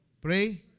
pray